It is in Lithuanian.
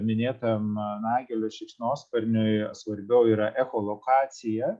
minėtam nagelio šikšnosparniui svarbiau yra echolokacija